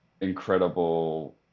incredible